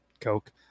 Coke